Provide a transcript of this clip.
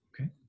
okay